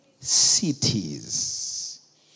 Cities